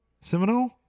Seminole